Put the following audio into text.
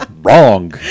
wrong